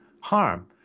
harm